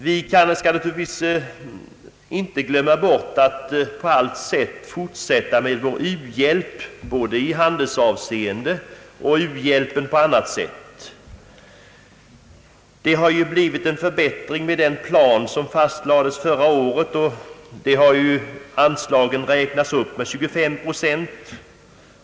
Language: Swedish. Vi skall naturligtvis inte glömma bort att på allt sätt fortsätta med vår u-hjälp, både i handelsavseende och i fråga om u-hjälpen på annat sätt. Det har ju blivit en förbättring med den plan som fastlades förra året, och anslagen har räknats upp med 25 procent.